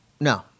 No